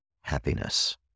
happiness